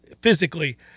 physically